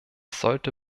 sollte